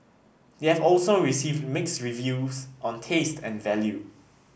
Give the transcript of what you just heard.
they have also received mixed reviews on taste and value